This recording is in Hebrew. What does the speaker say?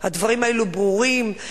הדברים האלו ברורים,